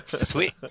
Sweet